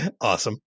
Awesome